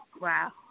Wow